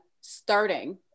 starting